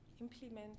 implement